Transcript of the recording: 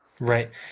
Right